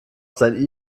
sein